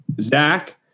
Zach